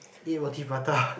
eat Roti-Prata